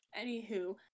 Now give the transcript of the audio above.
Anywho